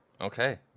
Okay